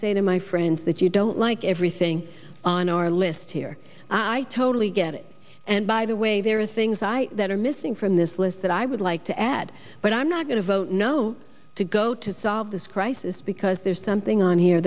say to my friends that you don't like everything on our list here i totally get it and by the way there are things i that are missing from this list that i would like to add but i'm not going to vote no to go to solve this crisis because there's something on here